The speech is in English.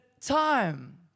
time